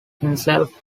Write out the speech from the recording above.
himself